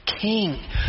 king